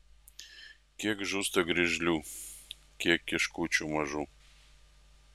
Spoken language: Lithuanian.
kiek žūsta griežlių kiek kiškučių mažų